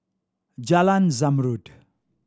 Jalan Zamrud